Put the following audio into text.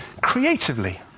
creatively